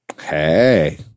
Hey